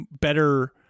better